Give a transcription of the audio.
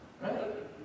Right